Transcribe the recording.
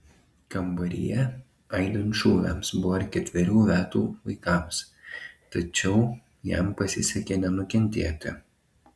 kambaryje aidint šūviams buvo ir ketverių metų vaikams tačiau jam pasisekė nenukentėti